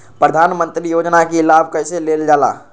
प्रधानमंत्री योजना कि लाभ कइसे लेलजाला?